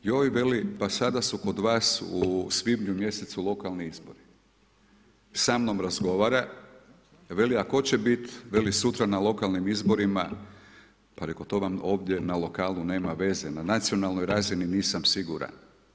Joj, veli, pa sada su kod vas u svibnju mjesecu lokalni izbori i samnom razgovara, veli tko će biti, veli sutra na lokalni izborima, pa reko, to vam ovdje na lokalnu nema veze, na nacionalnoj razini nisam siguran.